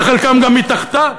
וחלקם גם מתחתיו.